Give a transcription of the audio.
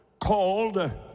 called